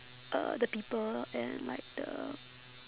uh the people and like the